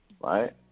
Right